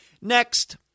Next